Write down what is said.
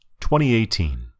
2018